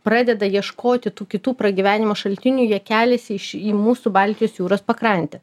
pradeda ieškoti tų kitų pragyvenimo šaltinių jie keliasi iš į mūsų baltijos jūros pakrantę